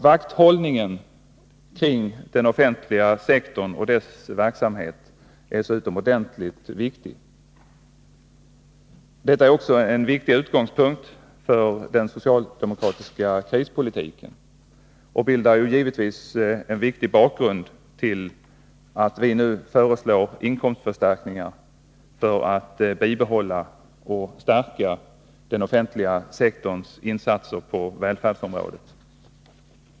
Vakthållningen kring den offentliga sektorns verksamhet är därför utomordentligt viktig. Detta är också en väsentlig utgångspunkt för den socialdemokratiska krispolitiken och utgör givetvis bakgrunden till att vi föreslår inkomstförstärkningar för att bibehålla och stärka den offentliga sektorns insatser på välfärdsområdet.